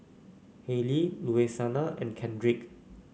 Hailey Louisiana and Kendrick